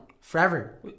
Forever